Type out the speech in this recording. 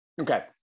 Okay